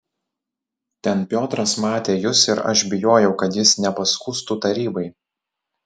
ten piotras matė jus ir aš bijojau kad jis nepaskųstų tarybai